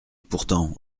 pourtant